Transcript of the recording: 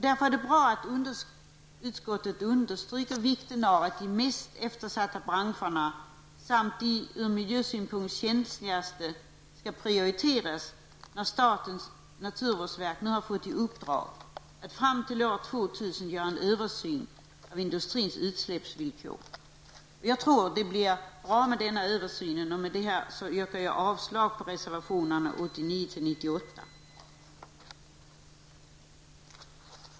Därför är det bra att utskottet understryker vikten av att de mest eftersatta branscherna samt de ur miljösynpunkt känsligaste branscherna skall prioriteras när statens naturvårdsverk nu har fått i uppdrag att fram till år 2000 göra en översyn av industrins utsläppsvillkor. Jag tror att det är bra att denna översyn görs. Med detta yrkar jag avslag på reservationerna 89--98.